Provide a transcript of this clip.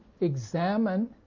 examine